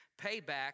payback